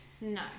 No